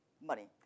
money